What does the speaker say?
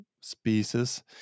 species